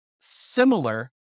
similar